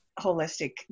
holistic